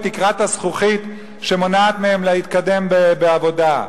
תקרת הזכוכית שמונעת מהם להתקדם בעבודה.